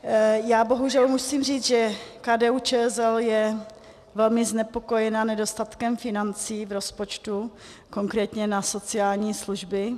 Já bohužel musím říct, že KDUČSL je velmi znepokojena nedostatkem financí v rozpočtu, konkrétně na sociální služby.